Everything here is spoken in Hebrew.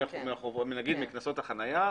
נגיד מקנסות החניה,